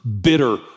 bitter